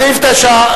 סעיף 9,